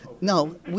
no